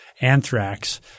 anthrax